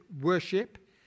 worship